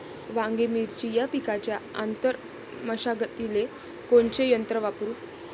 वांगे, मिरची या पिकाच्या आंतर मशागतीले कोनचे यंत्र वापरू?